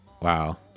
Wow